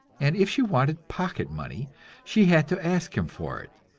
and if she wanted pocket money she had to ask him for it,